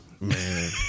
Man